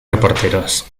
reporteros